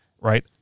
right